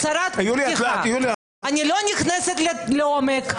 אני לא נכנסת לעומק.